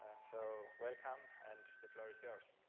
and so welcome, and the floor is yours.